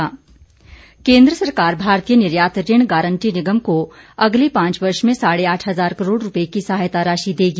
निर्यात ऋण योजना केन्द्र सरकार भारतीय निर्यात ऋण गारंटी निगम को अगले पांच वर्ष में साढ़े आठ हजार करोड़ रुपये की सहायता राशि देगी